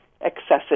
excessive